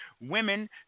women